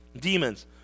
demons